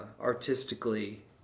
artistically